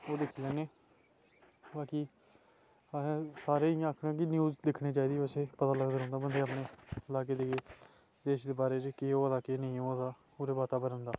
ओह् दिक्खी लैने बाकी अहें सारे इयां आखने कि न्यूज़ दिक्खनी चाहिदे असें पता लगदा रौहंदा बंदे गी अपने लागे देगे केस बारे च केह् होआ दा केह् नेई होआ दा पूरे वातावरण दा